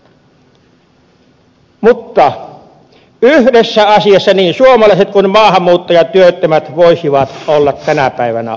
mutta yhdessä asiassa niin suomalaiset kuin maahanmuuttajatyöttömät voisivat olla tänä päivänä avuksi